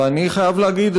ואני חייב להגיד,